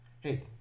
Hey